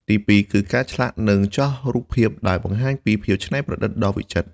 ទីពីរគឺការឆ្លាក់ និងចោះរូបភាពដែលបង្ហាញពី ភាពច្នៃប្រឌិតដ៏វិចិត្រ។